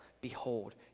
behold